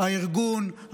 הארגון,